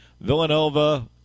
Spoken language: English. Villanova